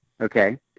okay